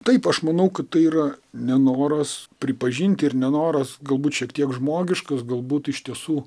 taip aš manau kad tai yra nenoras pripažinti ir nenoras galbūt šiek tiek žmogiškas galbūt iš tiesų